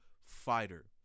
fighter